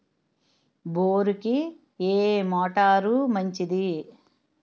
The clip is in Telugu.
బోరుకి ఏ మోటారు మంచిది?